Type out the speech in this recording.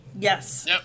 Yes